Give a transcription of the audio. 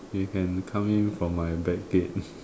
you can come in from my back gate